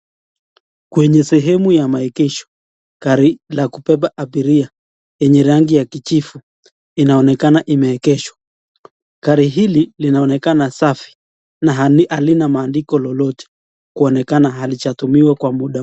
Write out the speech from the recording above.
Kwenye sehemu ya maegesha , gari la kubeba abiria yenye rangi ya kijivu inaonekana imeegeshwa. Gari hili linaonekana safi na halina maandiko lolote kuonekana halijatumiwa kwa muda.